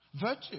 virtue